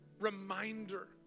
reminder